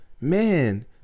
man